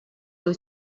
wyt